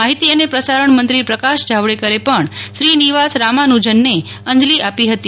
માહિતી અને પ્રસારણ મંત્રી પ્રકાશ જાવડેકરે પણ શ્રી નિવાસ રામાનુજને અંજલી આપી હતી